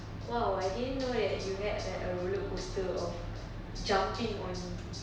!wow! I didn't know that you had that err roller coaster of jumping on